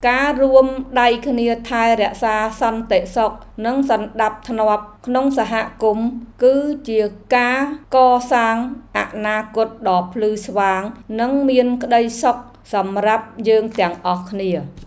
ការរួមដៃគ្នាថែរក្សាសន្តិសុខនិងសណ្តាប់ធ្នាប់ក្នុងសហគមន៍ គឺជាការកសាងអនាគតដ៏ភ្លឺស្វាងនិងមានក្តីសុខសម្រាប់យើងទាំងអស់គ្នា។